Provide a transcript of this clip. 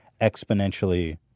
exponentially